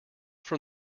from